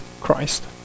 Christ